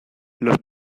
los